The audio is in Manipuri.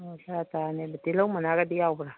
ꯑ ꯀꯌꯥ ꯇꯥꯔꯅꯤ ꯑꯗꯨꯗꯤ ꯇꯤꯜꯍꯧ ꯃꯅꯥꯒꯗꯤ ꯌꯥꯎꯕ꯭ꯔ